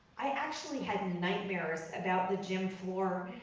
i actually had and and nightmares about the gym floor